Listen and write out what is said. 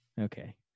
Okay